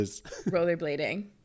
rollerblading